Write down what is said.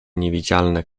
niewidzialne